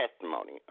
testimony